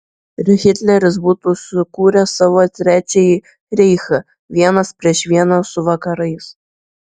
ir hitleris būtų sukūręs savo trečiąjį reichą vienas prieš vieną su vakarais